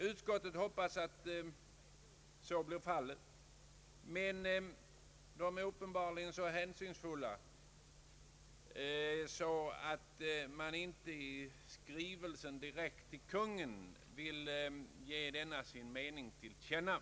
Utskottet hoppas att en sådan samordning sker men är uppenbarligen så hänsynsfullt att det i skrivelsen till Kungl. Maj:t inte direkt vill ge sin mening till känna.